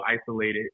isolated